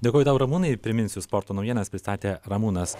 dėkoju tau ramūnai priminsiu sporto naujienas pristatė ramūnas